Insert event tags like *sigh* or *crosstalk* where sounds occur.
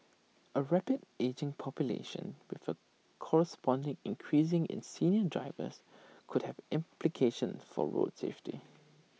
A rapidly ageing population with A corresponding increase in senior drivers could have implications for roads safety *noise*